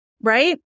right